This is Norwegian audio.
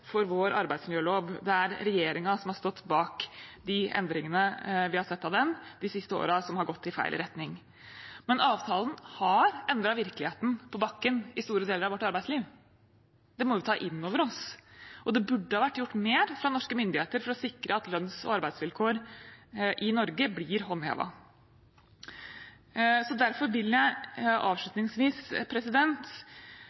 for vår arbeidsmiljølov. Det er regjeringen som har stått bak de endringene vi har sett av den de siste årene, som har gått i feil retning. Men avtalen har endret virkeligheten på bakken i store deler av vårt arbeidsliv. Det må vi ta inn over oss, og det burde ha vært gjort mer fra norske myndigheter for å sikre at lønns- og arbeidsvilkår i Norge blir håndhevet. Derfor vil jeg